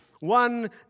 One